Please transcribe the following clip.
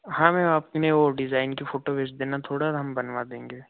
हाँ मैम आप न वह डिज़ाइन की फोटो भेज देना थोड़ा हम बनवा देंगे